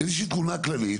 איזושהי תלונה כללית.